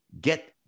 Get